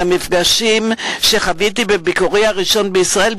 המפגשים שחוויתי בביקורי הראשון בישראל,